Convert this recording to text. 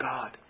God